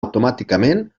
automàticament